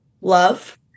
love